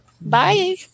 Bye